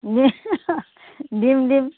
দিম দিম